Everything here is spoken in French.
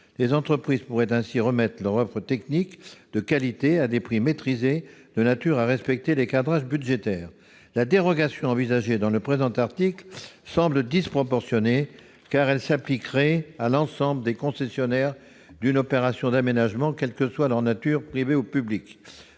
Les entreprises pourraient ainsi remettre leur offre technique de qualité à des prix maîtrisés, de nature à respecter les cadrages budgétaires. La dérogation envisagée dans le présent article semble disproportionnée. Elle s'appliquerait à l'ensemble des concessionnaires d'une opération d'aménagement, quelle que soit leur nature, privée ou publique.